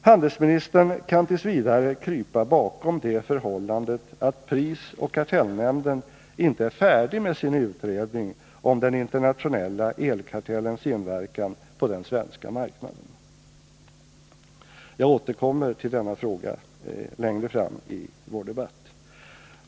Handelsministern kan t. v. krypa bakom det förhållandet att prisoch kartellnämnden inte är färdig med sin utredning om den internationella elkartellens inverkan på den svenska marknaden — jag återkommer till denna fråga längre fram i vår debatt.